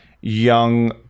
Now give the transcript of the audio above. young